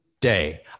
day